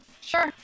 Sure